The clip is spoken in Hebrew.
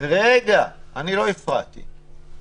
אבל הנושא היה איסוף קרשים.